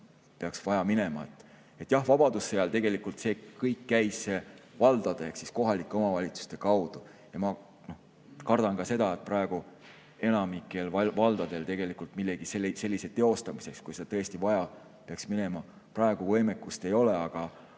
peaks vaja minema. Jah, vabadussõja ajal käis see kõik valdade ehk kohalike omavalitsuste kaudu. Ma kardan seda, et praegu enamikul valdadel tegelikult millegi sellise teostamiseks, kui seda tõesti vaja peaks minema, võimekust ei ole. Aga